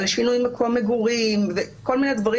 על שינוי מקום מגורים וכל מיני דברים